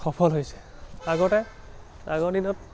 সফল হৈছে আগতে আগৰ দিনত